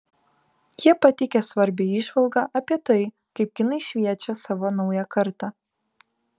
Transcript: jie pateikia svarbią įžvalgą apie tai kaip kinai šviečia savo naują kartą